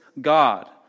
God